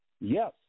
Yes